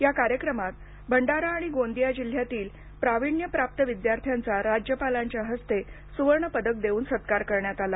या कार्यक्रमात भंडारा आणि गोंदिया जिल्ह्यातील प्राविण्यप्राप्त विद्यार्थ्यांचा राज्यपालांच्या हस्ते सुवर्ण पदक देऊन सत्कार करण्यात आला